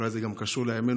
אולי זה גם קשור לימינו,